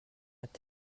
avec